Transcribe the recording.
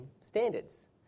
standards